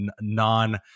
non